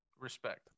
respect